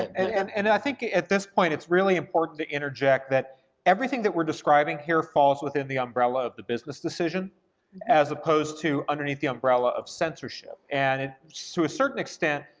and and i think, at this point, it's really important to interject that everything that we're describing here falls within the umbrella of the business decision as opposed to underneath the umbrella of censorship, and to so a certain extent,